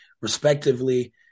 respectively